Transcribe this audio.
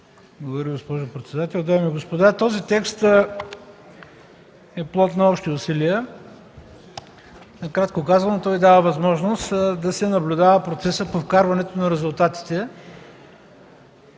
Ви, госпожо председател. Дами и господа, този текст е плод на общи усилия. Накратко казано той дава възможност да се наблюдава процесът по вкарването на резултатите.